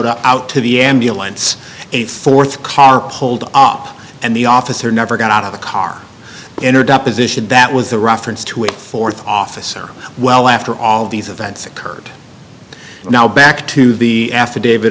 mr out to the ambulance a th car pulled up and the officer never got out of the car in her deposition that was the reference to a th officer well after all these events occurred now back to the affidavit